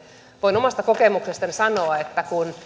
voin omasta kokemuksestani sanoa että kun